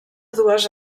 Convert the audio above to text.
dues